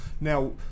Now